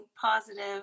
positive